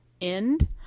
end